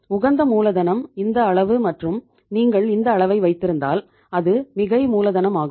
உகந்த மூலதனம் இந்த அளவு மற்றும் நீங்கள் இந்த அளவை வைத்திருந்தால் அது மிகை மூலதனமாகும்